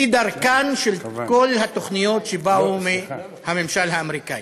כדרכן של כל התוכניות שבאו מהממשל האמריקני.